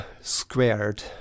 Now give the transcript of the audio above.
squared